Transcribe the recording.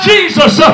Jesus